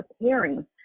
preparing